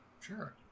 Sure